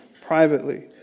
privately